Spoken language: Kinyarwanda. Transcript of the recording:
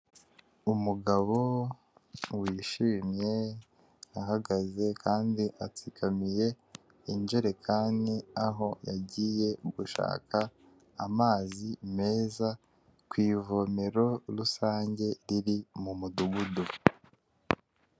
Umugabo wishimye ahagaze kandi atsikamiye injerekani aho yagiye gushaka amazi meza ku ivomero rusange riri mu mudugudu.